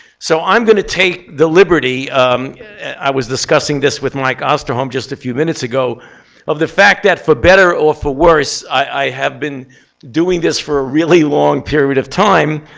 so i'm going to take the liberty i was discussing this with mike osterholm just a few minutes ago of the fact that for better or for worse, i have been doing this for a really long period of time.